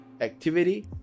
activity